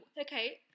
Okay